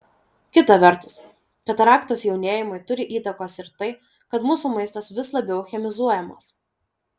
kita vertus kataraktos jaunėjimui turi įtakos ir tai kad mūsų maistas vis labiau chemizuojamas